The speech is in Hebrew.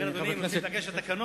אם רוצים להתעקש על התקנון,